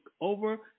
over